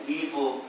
evil